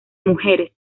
mujeres